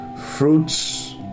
fruits